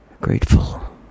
grateful